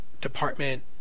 department